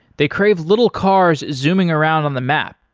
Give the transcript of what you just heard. they crave little cars zooming around on the map,